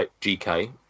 gk